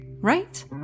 right